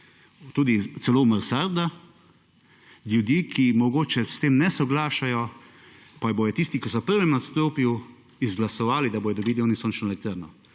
tudi celo mansarda ljudi, ki mogoče s tem ne soglašajo pa bodo tisti, ki so v prvem nadstropju izglasovali, da bodo dobili oni sončno elektrarno.